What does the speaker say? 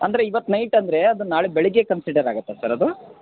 ಅಂದರೆ ಇವತ್ತು ನೈಟ್ ಅಂದರೆ ಅದು ನಾಳೆ ಬೆಳಿಗ್ಗೆ ಕನ್ಸಿಡರ್ ಆಗುತ್ತಾ ಸರ್ ಅದು